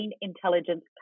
intelligence